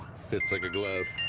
fits like a glove